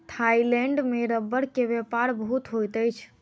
Thailand में रबड़ के व्यापार बहुत होइत अछि